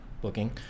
booking